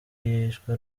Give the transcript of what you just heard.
yishwe